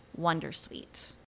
wondersuite